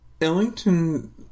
ellington